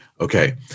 Okay